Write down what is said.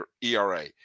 ERA